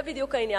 זה בדיוק העניין.